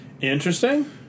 Interesting